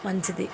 మంచిది